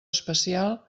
especial